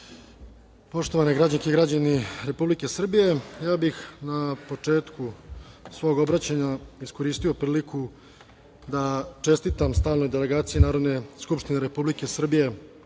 poštovane građanke i građani Republike Srbije, ja bih na početku svog obraćanja iskoristio priliku da čestitam stalnoj Delegaciji Narodne Skupštine Republike Srbije